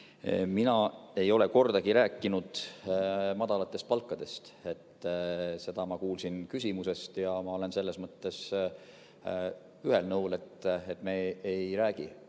Mina ei ole kordagi rääkinud madalatest palkadest, seda ma kuulsin küsimusest. Ma olen selles mõttes ühel nõul, et me ei räägi